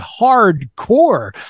hardcore